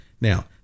Now